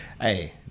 Hey